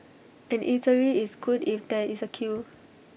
an eatery is good if there is A queue